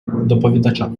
доповідача